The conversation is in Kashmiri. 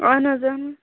اہَن حظ اہَن حظ